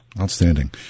Outstanding